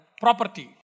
property